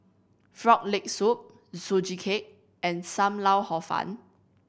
Frog Leg Soup Sugee Cake and Sam Lau Hor Fun